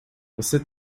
você